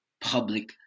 public